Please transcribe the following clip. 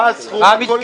מה הסכום הכולל?